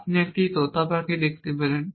আপনি একটি তোতাপাখি দেখতে পেলেন